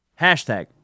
hashtag